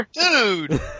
Dude